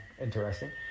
interesting